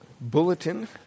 bulletin